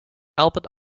albert